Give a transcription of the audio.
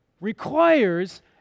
requires